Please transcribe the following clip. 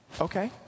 Okay